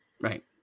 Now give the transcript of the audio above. right